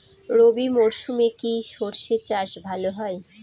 রবি মরশুমে কি সর্ষে চাষ ভালো হয়?